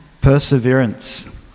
Perseverance